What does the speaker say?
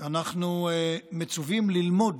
אנחנו מצווים ללמוד